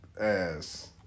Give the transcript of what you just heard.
ass